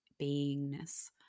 beingness